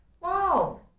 Wow